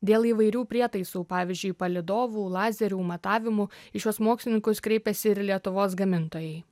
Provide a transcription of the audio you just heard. dėl įvairių prietaisų pavyzdžiui palydovų lazerių matavimų į šiuos mokslininkus kreipiasi ir lietuvos gamintojai